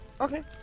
Okay